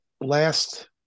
last